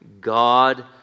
God